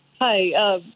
Hi